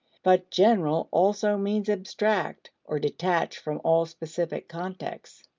but general also means abstract, or detached from all specific context.